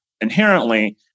inherently